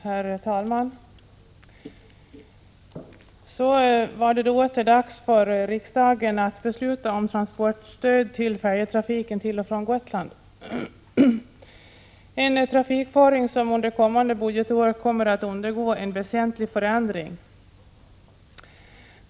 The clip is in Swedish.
Herr talman! Så är det åter dags för riksdagen att besluta om transportstöd till färjetrafiken till och från Gotland — en trafikföring som under kommande budgetår kommer att undergå en väsentlig förändring.